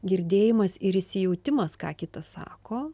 girdėjimas ir įsijautimas ką kitas sako